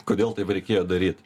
kodėl taip reikėjo daryt